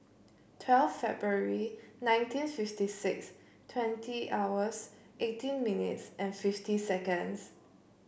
twelfth February nineteen fifty six twenty hours eighteen minutes and fifty seconds